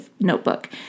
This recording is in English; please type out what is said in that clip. notebook